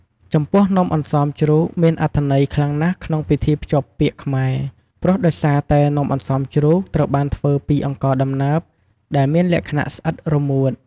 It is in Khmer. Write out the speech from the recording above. ចំពោះនំអន្សមជ្រូកមានអត្ថន័យខ្លាំងណាស់ក្នុងពិធីភ្ជាប់ពាក្យខ្មែរ ព្រោះដោយសារតែនំអន្សមជ្រូកត្រូវបានធ្វើពី អង្ករដំណើប ដែលមានលក្ខណៈស្អិតរមួត។